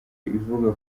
ivuga